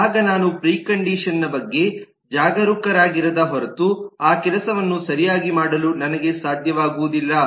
ಆಗ ನಾನು ಪ್ರಿಕಂಡಿಷನ್ ನ ಬಗ್ಗೆ ಜಾಗರೂಕರಾಗಿರದ ಹೊರತು ಆ ಕೆಲಸವನ್ನು ಸರಿಯಾಗಿ ಮಾಡಲು ನನಗೆ ಸಾಧ್ಯವಾಗುವುದಿಲ್ಲ